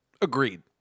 Agreed